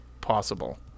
possible